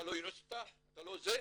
אתה לא אוניברסיטה, אתה לא זה.